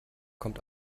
kommt